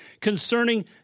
concerning